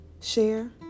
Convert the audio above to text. Share